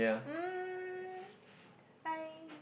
um I